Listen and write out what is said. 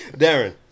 darren